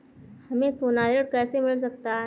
हमें सोना ऋण कैसे मिल सकता है?